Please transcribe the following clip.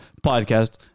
podcast